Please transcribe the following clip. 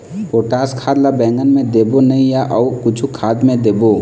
Potash खाद ला बैंगन मे देबो नई या अऊ कुछू खाद देबो?